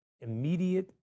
immediate